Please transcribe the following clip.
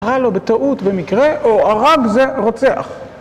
קרה לו בטעות, במקרה, או הרג זה רוצח